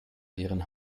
ihren